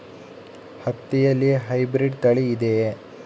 ಹತ್ತಿಯಲ್ಲಿ ಹೈಬ್ರಿಡ್ ತಳಿ ಇದೆಯೇ?